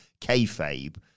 kayfabe